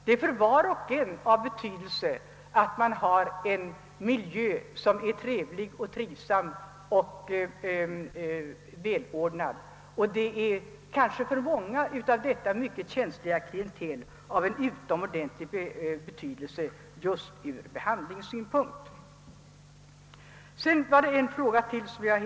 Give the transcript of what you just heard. Det är för var och en av betydelse att ha en miljö, som är trivsam och välordnad, och detta är för många inom detta mycket känsliga klientel av utomordentlig betydelse ur behandlingssynpunkt. Jag skall så i korthet beröra personalfrågan.